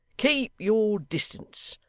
keep your distance.